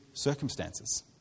circumstances